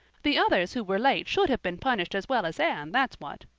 the others who were late should have been punished as well as anne, that's what.